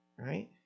right